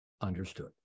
understood